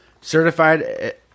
Certified